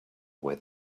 where